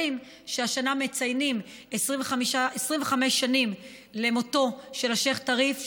שהשנה מציינים 25 שנים למותו של השייח' טריף,